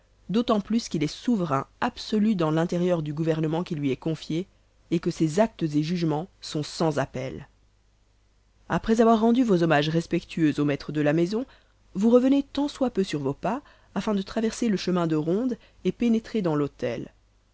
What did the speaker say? d'autant plus qu'il est souverain absolu dans l'intérieur du gouvernement qui lui est confié et que ses actes et jugemens sont sans appel après avoir rendu vos hommages respectueux au maître de la maison vous revenez tant soit peu sur vos pas afin de traverser le chemin de ronde et pénétrer dans l'hôtel